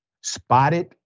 spotted